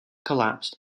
collapsed